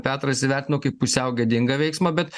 petras įvertino kaip pusiau gėdingą veiksmą bet